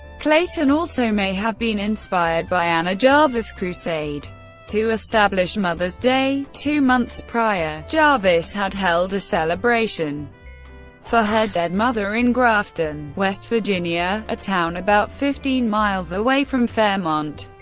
clayton also may have been inspired by anna jarvis' crusade to establish mother's day two months prior, jarvis had held a celebration for her dead mother in grafton, west virginia, a town about fifteen miles away from fairmont.